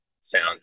sound